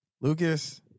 Lucas